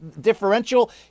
differential